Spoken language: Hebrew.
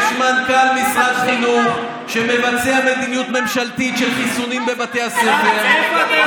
יש מנכ"ל משרד חינוך שמבצע מדיניות ממשלתית של חיסונים בבתי הספר,